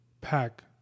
pack